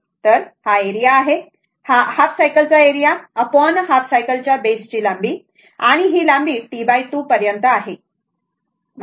तर हा एरिया आहे हा हाफ सायकलचा एरिया हाफ सायकलच्या बेसची लांबी आणि ही लांबी ही T2 ते या पर्यंत आहे बरोबर